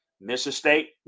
Mississippi